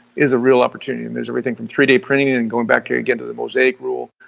is a real opportunity. and there's everything from three d printing and and going back here again to the mosaic rule,